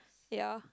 ya